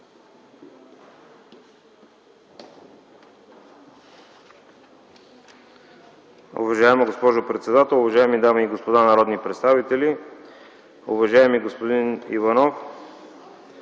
Уважаеми господин председателстващ, уважаеми дами и господа народни представители, уважаеми господин Горов!